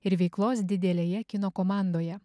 ir veiklos didelėje kino komandoje